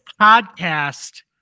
podcast